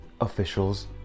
officials